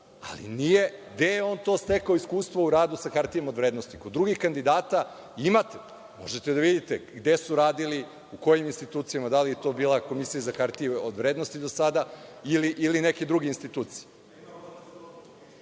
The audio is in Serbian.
ali gde je on to stekao iskustvo u radu sa hartijama od vrednosti? Kod drugih kandidata imate, možete da vidite gde su radili, u kojim institucijama, da li je to bila Komisija za hartije od vrednosti do sada ili neke druge institucije.Za